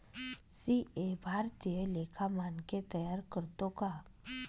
CA भारतीय लेखा मानके तयार करतो का